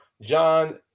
John